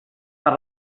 per